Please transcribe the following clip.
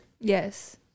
Yes